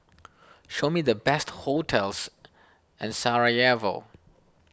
show me the best hotels in Sarajevo